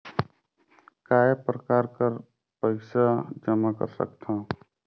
काय प्रकार पईसा जमा कर सकथव?